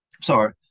Sorry